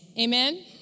Amen